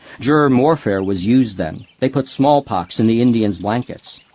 germ warfare was used then. they put smallpox in the indians' blankets,